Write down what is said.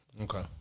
Okay